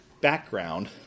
Background